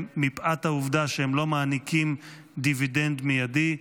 מפאת העובדה שהם לא מעניקים דיבידנד מיידי.